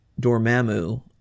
Dormammu